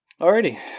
Alrighty